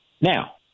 Now